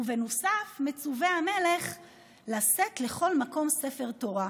ובנוסף מצווה המלך לשאת לכל מקום ספר תורה.